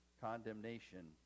condemnation